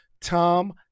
Tom